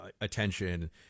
attention